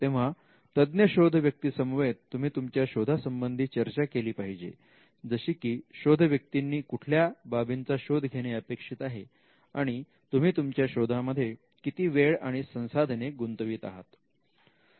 तेव्हा तज्ञ शोध व्यक्ती समवेत तुम्ही तुमच्या शोधा संबंधी चर्चा केली पाहिजे जशी की शोध व्यक्तींनी कुठल्या बाबींचा शोध घेणे अपेक्षित आहे आणि तुम्ही तुमच्या शोधामध्ये किती वेळ आणि संसाधने गुंतवीत आहात